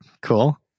cool